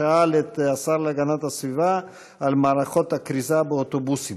שאל את השר להגנת הסביבה על מערכות הכריזה באוטובוסים,